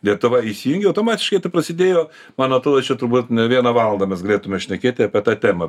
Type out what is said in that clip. lietuva įsijungė automatiškai ta prasidėjo man atrodo čia turbūt ne vieną valandą mes galėtume šnekėti apie tą temą